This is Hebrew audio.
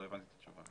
לא הבנתי את התשובה.